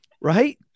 Right